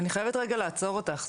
אני חייבת רגע לעצור אותך,